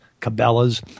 Cabela's